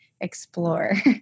explore